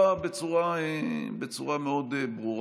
ברורה מאוד.